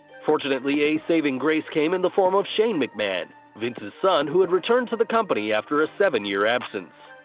fortunately a saving grace came in the form of shane mcmahon, vince's son who had returned to the company after a seven-year absence.